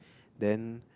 then